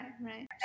right